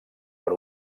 per